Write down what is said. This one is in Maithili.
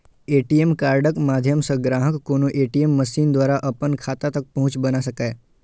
ए.टी.एम कार्डक माध्यम सं ग्राहक कोनो ए.टी.एम मशीन द्वारा अपन खाता तक पहुंच बना सकैए